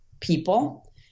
people